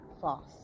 false